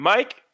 Mike